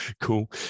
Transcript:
cool